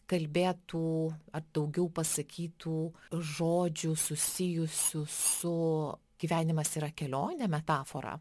kalbėtų ar daugiau pasakytų žodžių susijusių su gyvenimas yra kelionė metafora